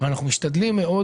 אנחנו משתדלים מאוד,